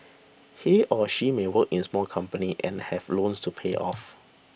he or she may work in small company and have loans to pay off